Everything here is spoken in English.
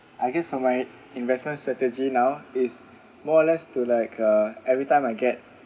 I guess from my investment strategy now is more or less to like uh every time I get